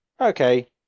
okay